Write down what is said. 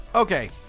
Okay